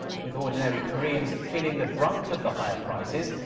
with ordinary koreans feeling the brunt of the higher prices.